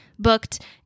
booked